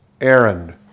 errand